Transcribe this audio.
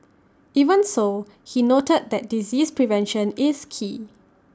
even so he noted that disease prevention is key